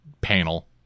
panel